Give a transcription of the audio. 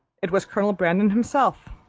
it was colonel brandon himself.